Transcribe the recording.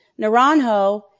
Naranjo